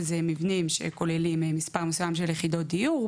ואלה הם מבנים שכוללים מספר מסוים של יחידות דיור,